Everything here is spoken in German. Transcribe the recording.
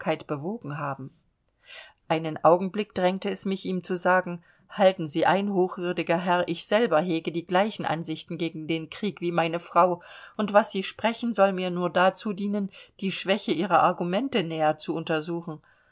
bewogen haben einen augenblick drängte es mich ihm zu sagen halten sie ein hochwürdiger herr ich selber hege die gleichen ansichten gegen den krieg wie meine frau und was sie sprechen soll mir nur dazu dienen die schwäche ihrer argumente näher zu untersuchen